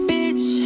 Bitch